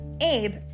Abe